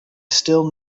still